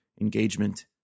engagement